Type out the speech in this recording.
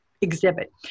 exhibit